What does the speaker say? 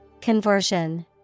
Conversion